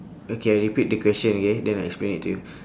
okay I repeat the question okay then I explain it to you